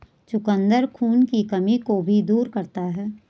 चुकंदर खून की कमी को भी दूर करता है